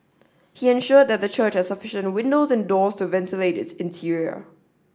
he ensured that the church had sufficient windows and doors to ventilate its interior